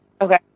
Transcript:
Okay